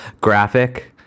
graphic